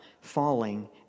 falling